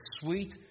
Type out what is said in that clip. sweet